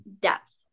depth